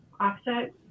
offset